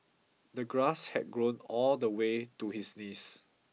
the grass had grown all the way to his knees